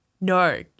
No